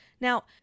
Now